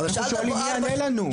אנחנו שואלים מי יענה לנו.